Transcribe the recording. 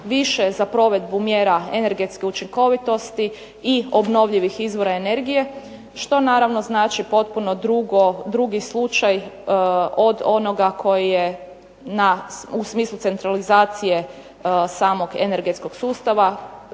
više za provedbu mjera energetske učinkovitosti i obnovljivih izvora energije što naravno znači potpuno drugi slučaj od onoga koji je u smislu centralizacije samog energetskog sustava